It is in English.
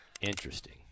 Interesting